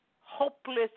hopeless